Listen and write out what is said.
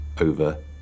over